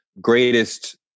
greatest